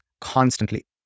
constantly